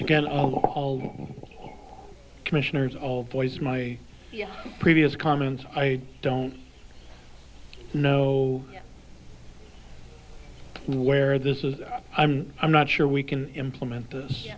all commissioners all voice my previous comments i don't know where this is i'm i'm not sure we can implement this